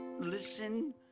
listen